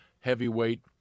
heavyweight